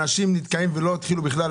ואנשים נתקעים ולא התחילו בכלל.